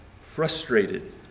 frustrated